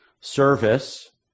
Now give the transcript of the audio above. Service